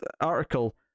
article